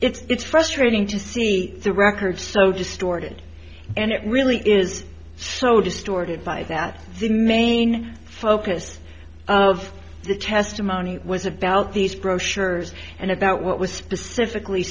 is it's frustrating to see the records so distorted and it really is so distorted by that the main focus of the testimony was about these brochures and about what was specifically